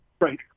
Right